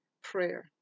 Prayer